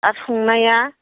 आरो संनाया